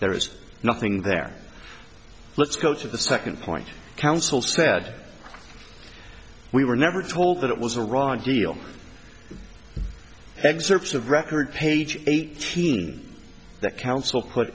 there is nothing there let's go to the second point counsel said we were never told that it was a raw deal excerpts of record page eighteen that counsel cut